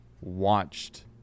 watched